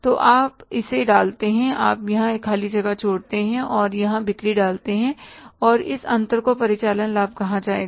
तो आप इसे डालते हैं आप यहां एक खाली जगह छोड़ते हैं और यहां बिक्री डालते हैं और इस अंतर को परिचालन लाभ कहा जाएगा